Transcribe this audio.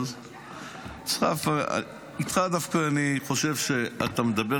אבל איתך דווקא אני חושב שאתה מדבר